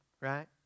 right